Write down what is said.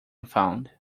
found